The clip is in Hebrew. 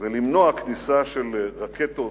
ולמנוע כניסה של רקטות,